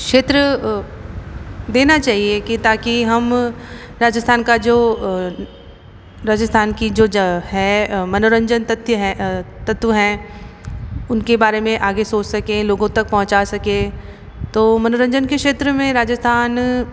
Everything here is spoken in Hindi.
क्षेत्र देना चाहिए कि ताकि हम राजस्थान का जो राजस्थान की जो है मनोरंजन तथ्य है तत्व है उनके बारे में आगे सोच सके लोगों तक पहुँचा सके तो मनोरंजन के क्षेत्र में राजस्थान